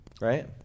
right